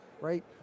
right